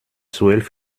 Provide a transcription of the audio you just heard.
zwölf